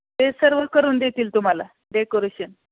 ते सर्व करून देतील तुम्हाला डेकोरेशन